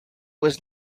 was